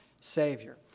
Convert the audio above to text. Savior